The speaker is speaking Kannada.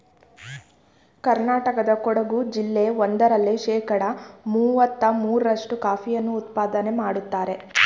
ಕರ್ನಾಟಕದ ಕೊಡಗು ಜಿಲ್ಲೆ ಒಂದರಲ್ಲೇ ಶೇಕಡ ಮುವತ್ತ ಮೂರ್ರಷ್ಟು ಕಾಫಿಯನ್ನು ಉತ್ಪಾದನೆ ಮಾಡ್ತರೆ